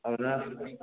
ꯑꯗꯨꯅ